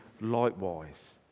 likewise